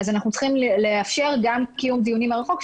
אנחנו צריכים לאפשר גם קיום דיונים מרחוק,